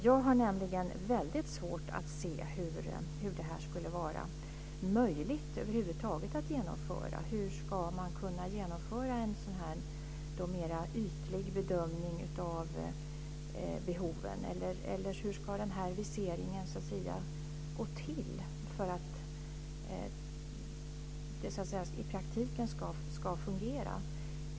Jag har nämligen väldigt svårt att se hur det här skulle vara möjligt över huvud taget att genomföra. Hur ska man kunna genomföra en sådan här mera ytlig bedömning av behoven? Hur ska den här viseringen gå till för att det i praktiken ska fungera?